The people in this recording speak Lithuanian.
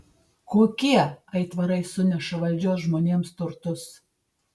kokie aitvarai suneša valdžios žmonėms turtus